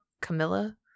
Camilla